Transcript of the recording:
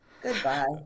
Goodbye